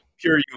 Pure